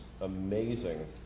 amazing